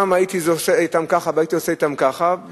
הייתי עושה אתם ככה והייתי עושה אתם ככה,